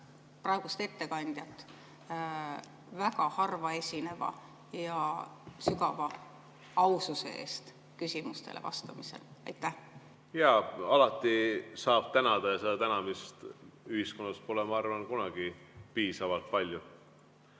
praegust ettekandjat väga harva esineva ja sügava aususe eest küsimustele vastamisel. Jaa, alati saab tänada ja seda tänamist ühiskonnas pole, ma arvan, kunagi piisavalt palju.